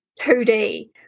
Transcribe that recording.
2D